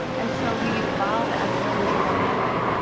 and so we evolve as learners along the way.